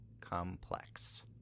complex